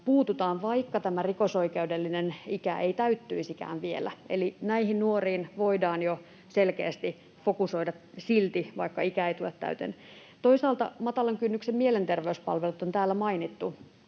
puututaan, vaikka tämä rikosoikeudellinen ikä ei täyttyisikään vielä, eli näihin nuoriin voidaan jo selkeästi fokusoida, vaikka ikä ei tule täyteen. Toisaalta matalan kynnyksen mielenterveyspalvelut on täällä mainittu.